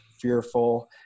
fearful